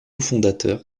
fondateur